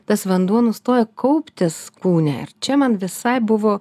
tas vanduo nustoja kauptis kūne ir čia man visai buvo